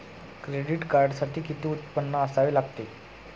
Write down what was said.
Credit कार्डसाठी किती उत्पन्न असावे लागते?